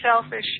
selfish